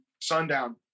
sundown